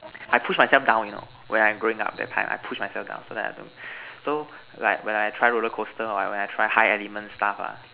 I push myself down you know when I'm going up that time I push myself down so that I don't so like when I try roller coaster hor when I try high element stuff ha